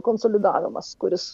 konsolidavimas kuris